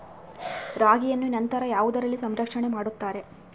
ರಾಗಿಯನ್ನು ನಂತರ ಯಾವುದರಲ್ಲಿ ಸಂರಕ್ಷಣೆ ಮಾಡುತ್ತಾರೆ?